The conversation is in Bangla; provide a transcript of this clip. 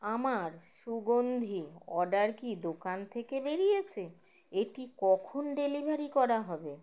আমার সুগন্ধি অর্ডার কি দোকান থেকে বেরিয়েছে এটি কখন ডেলিভারি করা হবে